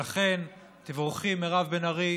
לכן, תבורכי, מירב בן ארי.